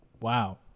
Wow